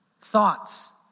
thoughts